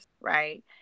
right